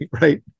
Right